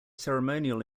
ceremonial